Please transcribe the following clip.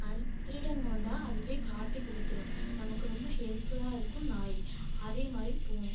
யாராவது திருடங்கள் வந்தால் அதுவே காட்டிக் கொடுத்துரும் நமக்கு ரொம்ப ஹெல்ப் ஃபுல்லா இருக்கும் நாய் அதே மாதிரி பூனை